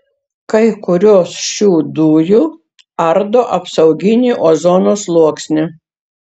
kai kurios šių dujų ardo apsauginį ozono sluoksnį